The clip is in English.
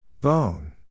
Bone